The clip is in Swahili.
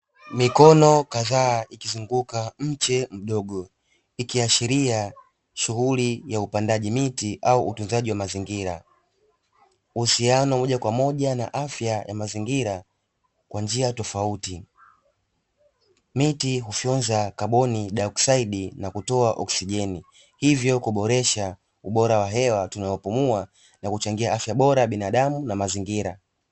Mikono kadhaa ikizunguka mche mdogo, ikiashiria shughuli ya upandaji miti au utunzaji wa mazingira. Uhusiano wa moja kwa moja na afya na mazingira kwa njia tofauti. Miti hufyonza kabonidaiyoksaidi na kutoa oksijeni, hivyo kuboresha ubora wa hewa tunayopumua, na kuchangia afya bora kwa binadamu na mazingira.